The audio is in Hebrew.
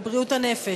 על בריאות הנפש,